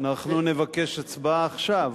אנחנו נבקש הצבעה עכשיו.